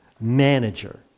manager